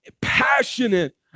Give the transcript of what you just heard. passionate